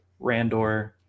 Randor